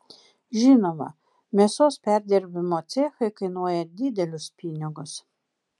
žinoma mėsos perdirbimo cechai kainuoja didelius pinigus